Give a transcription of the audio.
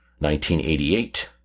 1988